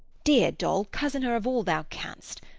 dear dol, cozen her of all thou canst.